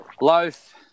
Loaf